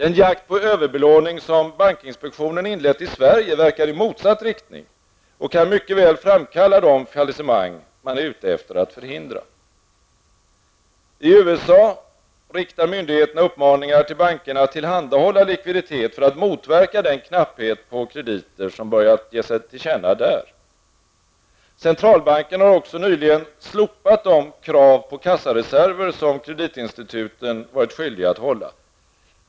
Den jakt på överbelåning som bankinspektionen inlett i Sverige verkar i motsatt riktning och kan mycket väl framkalla de fallissemang man är ute efter att förhindra. I USA riktar myndigheterna uppmaningar till bankerna att tillhandahålla likviditet för att motverka den knapphet på krediter som där börjat ge sig till känna. Centralbanken har nyligen också slopat de krav på att hålla kassareserver som tidigare gällt för kreditinstituten.